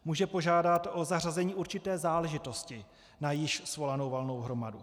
Může požádat o zařazení určité záležitosti na již svolanou valnou hromadu.